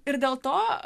ir dėl to